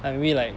like really like